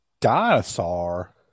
Dinosaur